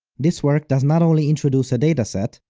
this work does not only introduce a dataset,